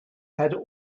had